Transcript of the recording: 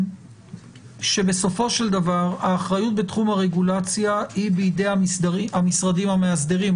בסופו של דבר האחריות בתחום הרגולציה היא בידי המשרדים המאסדרים,